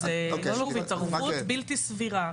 אבל זה התערבות בלתי סבירה.